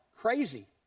crazy